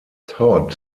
todd